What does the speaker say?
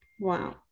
Wow